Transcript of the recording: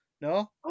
No